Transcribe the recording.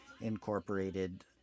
incorporated